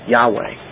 Yahweh